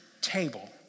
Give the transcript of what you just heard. table